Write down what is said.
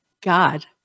God